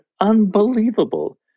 unbelievable